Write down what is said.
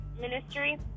ministry